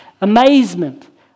amazement